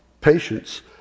patience